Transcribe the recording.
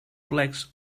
plecs